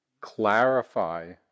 clarify